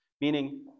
meaning